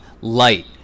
light